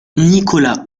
nicolas